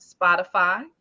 spotify